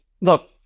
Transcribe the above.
look